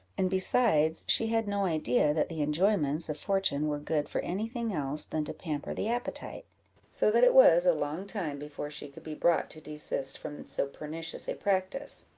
and, besides, she had no idea that the enjoyments of fortune were good for any thing else than to pamper the appetite so that it was a long time before she could be brought to desist from so pernicious a practice.